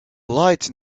lights